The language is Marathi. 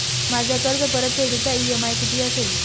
माझ्या कर्जपरतफेडीचा इ.एम.आय किती असेल?